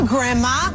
Grandma